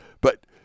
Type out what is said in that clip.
but-